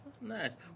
Nice